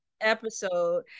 episode